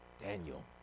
Daniel